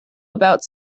about